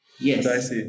Yes